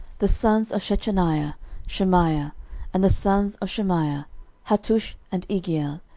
the sons of shechaniah shemaiah and the sons of shemaiah hattush, and igeal,